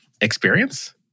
experience